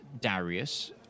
Darius